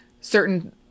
certain